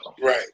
Right